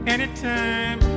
Anytime